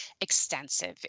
extensive